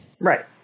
Right